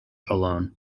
alone